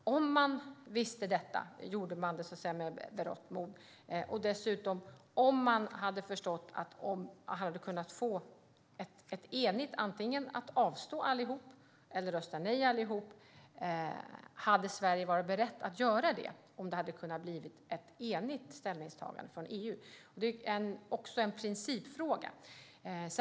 Om man visste detta, gjorde man det så att säga med berått mod? Om man hade förstått att man hade kunnat få ett enigt ställningstagande från EU antingen genom att alla avstod eller att alla röstade nej, hade Sverige då varit berett att göra det? Det är också en principfråga.